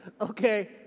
Okay